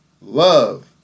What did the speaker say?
love